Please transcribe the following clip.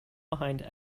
behind